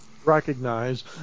recognize